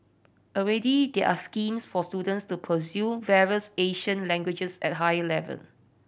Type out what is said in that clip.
already there are schemes for students to pursue various Asian languages at a higher level